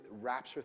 rapture